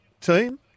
team